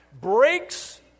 breaks